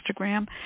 Instagram